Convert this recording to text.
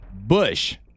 Bush